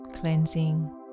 cleansing